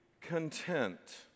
content